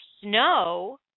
Snow